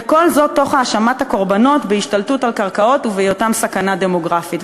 וכל זה תוך האשמת הקורבנות בהשתלטות על קרקעות ובהיותם סכנה דמוגרפית.